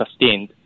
sustained